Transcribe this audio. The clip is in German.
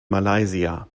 malaysia